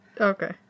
okay